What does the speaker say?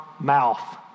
Mouth